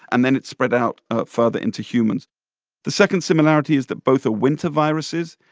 and then it spread out ah further into humans the second similarity is that both are winter viruses.